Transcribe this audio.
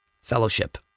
fellowship